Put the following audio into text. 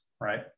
right